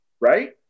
right